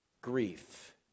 grief